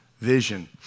vision